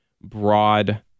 broad